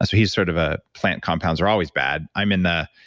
so he's sort of a plant compounds are always bad. i'm in the,